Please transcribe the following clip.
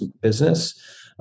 business